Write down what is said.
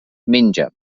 menja